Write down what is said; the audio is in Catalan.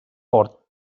fort